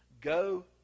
Go